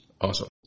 Awesome